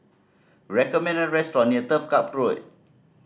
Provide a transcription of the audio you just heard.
recommend a restaurant near Turf Ciub Road